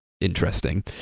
interesting